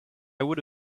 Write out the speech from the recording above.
would